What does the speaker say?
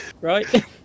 right